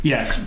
Yes